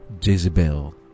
Jezebel